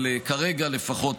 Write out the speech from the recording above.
כרגע לפחות,